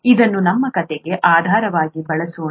ಇದನ್ನು ನಮ್ಮ ಕಥೆಗೆ ಆಧಾರವಾಗಿ ಬಳಸೋಣ